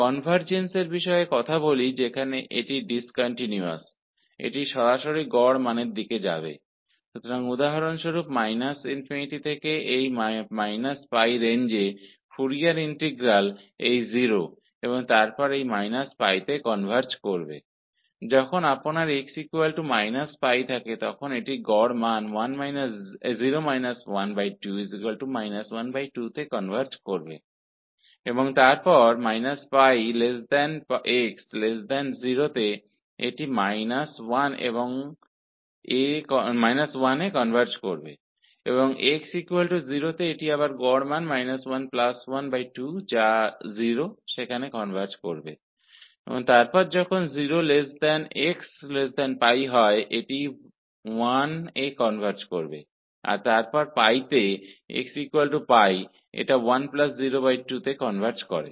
तो उस बिंदु पर जहां यह डिस्कन्टिन्युअस है कन्वर्जेन्स के बारे में बात करते है वहां यह सीधे औसत मूल्य पर जाएगा उदाहरण के लिए −∞ से इस −π की सीमा में इसलिए फूरियर इंटीग्रल इस 0 में और जब आपके पास x−π होता है तो यह औसत मान 0 1 2 1 2 में कनवर्ज हो जाएगा और फिर −πx0 में यह −1 में कनवर्ज हो जाएगा और x0 पर फिर से औसत मान 11 2 में कनवर्ज हो जाता है जो कि 0 है और फिर जब हमारे पास 0xπ है तो यह 1 में कनवर्ज हो जाएगा और फिर xπ पर यह 10 2 1 2 में कनवर्ज हो जाता है